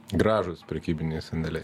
gražūs prekybiniai sandėliai